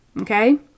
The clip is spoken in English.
okay